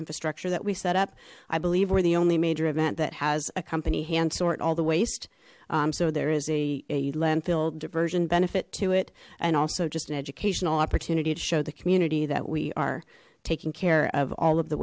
infrastructure that we set up i believe we're the only major event that has a company hand sort all the waste so there is a landfill version benefit to it and also just an educational opportunity to show the community that we are taking care of all of the